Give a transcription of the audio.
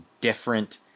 different